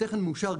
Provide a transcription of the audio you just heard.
ותכן מאושר,